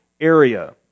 area